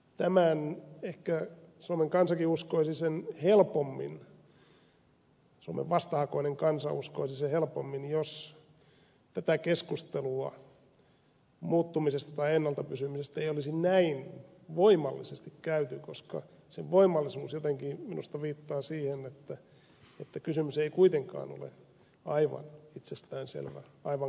mutta ehkä suomen kansakin suomen vastahakoinen kansa uskoisi sen helpommin jos tätä keskustelua muuttumisesta tai ennalla pysymisestä ei olisi näin voimallisesti käyty koska sen voimallisuus jotenkin minusta viittaa siihen että kysymys ei kuitenkaan ole aivan itsestäänselvä aivan kaikille